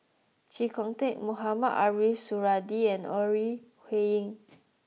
Chee Kong Tet Mohamed Ariff Suradi and Ore Huiying